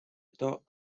dot